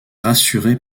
rassurer